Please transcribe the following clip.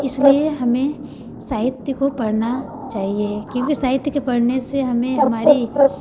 इसलिए हमें साहित्य को पढ़ना चाहिए क्योंकि साहित्य के पढ़ने से हमें हमारी